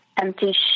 empty